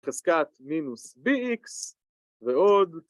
בחזקת מינוס בי איקס ועוד